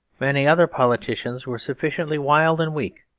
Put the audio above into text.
many other politicians were sufficiently wild and weak,